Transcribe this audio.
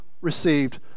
received